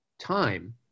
time